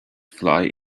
fly